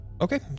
Okay